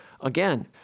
Again